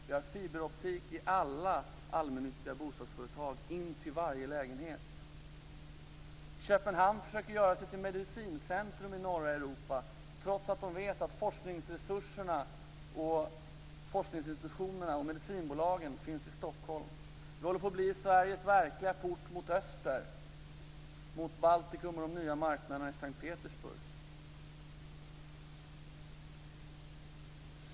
Vi har fiberoptik i alla allmännyttiga bostadsföretag, in till varje lägenhet. Köpenhamn försöker göra sig till medicincentrum i norra Europa trots att man där vet att forskningsresurserna, forskningsinstitutionerna och medicinbolagen finns i Stockholm. Vi håller på att bli Sveriges verkliga port mot öster, mot Baltikum och de nya marknaderna i S:t Petersburg.